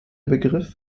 begriff